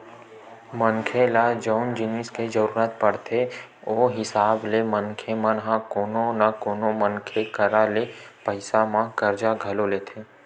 मनखे ल जउन जिनिस के जरुरत पड़थे ओ हिसाब ले मनखे मन ह कोनो न कोनो मनखे करा ले पइसा म करजा घलो लेथे